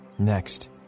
next